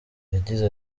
yagize